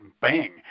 Bang